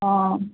অঁ